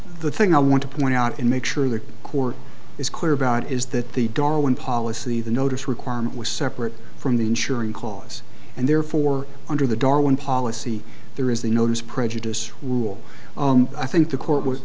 the thing i want to point out and make sure the court is clear about is that the darwin policy the notice requirement was separate from the insuring clause and therefore under the darwin policy there is a notice prejudice rule i think the court was